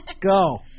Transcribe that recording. go